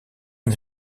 une